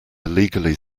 illegally